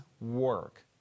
work